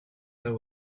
pas